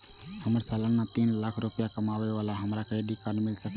हमर सालाना तीन लाख रुपए कमाबे ते हमरा क्रेडिट कार्ड मिल सके छे?